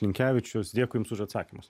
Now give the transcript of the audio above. linkevičius dėkui jums už atsakymus